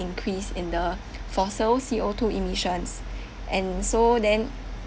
increase in the fossil C_O two emissions and so then